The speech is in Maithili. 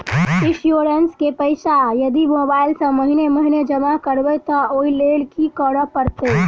इंश्योरेंस केँ पैसा यदि मोबाइल सँ महीने महीने जमा करबैई तऽ ओई लैल की करऽ परतै?